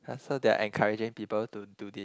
[huh] so they're encouraging people to do this